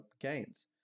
gains